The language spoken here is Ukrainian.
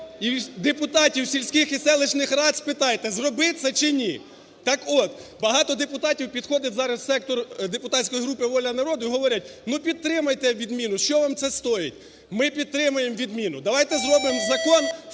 і депутатів сільських і селищних рад спитайте: зробити це чи ні. Так от, багато депутатів підходить зараз в сектор депутатської групи "Воля народу" і говорять: "Ну, підтримайте відміну, що вам це стоїть". Ми підтримаємо відміну. Давайте зробимо закон